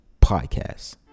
Podcast